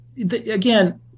again